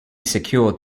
secured